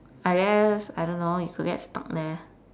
I guess I don't know you could get stuck there